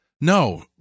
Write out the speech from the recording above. No